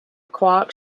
quark